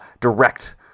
direct